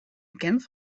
bekend